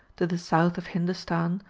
to the south of hindostan,